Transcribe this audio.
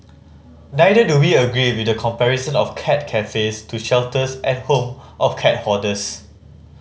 neither do we agree with the comparison of cat cafes to shelters and the home of cat hoarders